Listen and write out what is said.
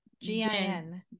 G-I-N